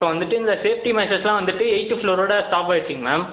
இப்போ வந்துட்டு இந்த சேஃப்டி மெஷர்ஸெல்லாம் வந்துட்டு எயிட்த்து ஃப்ளோரோடு ஸ்டாப் ஆகிடுச்சிங்க மேம்